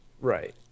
Right